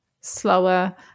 slower